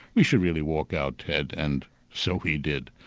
we should really walk out ted' and so we did.